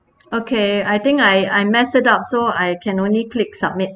okay I think I I mess it up so I can only click submit